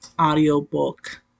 audiobook